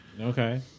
okay